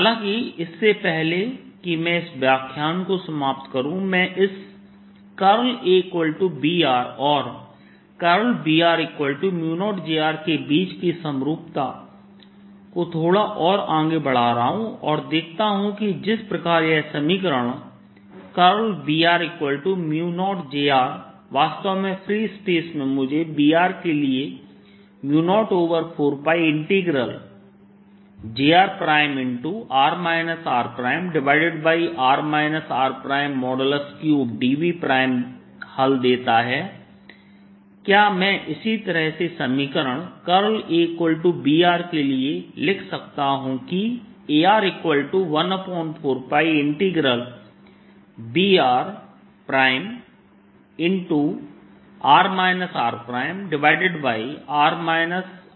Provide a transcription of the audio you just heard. हालाँकि इससे पहले कि मैं इस व्याख्यान को समाप्त करूँ मैं इस AB और B0j के बीच की समरूपता को थोड़ा और आगे बढ़ा रहा हूं और देखता हूं कि जिस प्रकार यह समीकरण B0j वास्तव में फ्री स्पेस में मुझे B के लिए 04πjr×r rr r3dV हल देता है क्या मैं इसी तरह से समीकरण AB के लिए लिख सकता हूं कि Ar14πBr×r rr r3dV है